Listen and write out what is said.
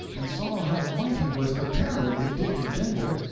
and saw how mighty was the terror it did engender,